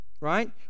Right